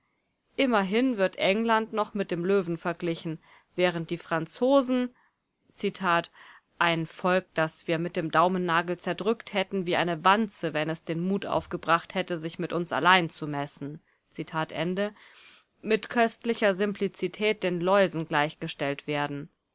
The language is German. immerhin wird england noch mit dem löwen verglichen während die franzosen ein volk das wir mit dem daumennagel zerdrückt hätten wie eine wanze wenn es den mut aufgebracht hätte sich mit uns allein zu messen mit köstlicher simplizität den läusen gleichgestellt werden